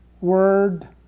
word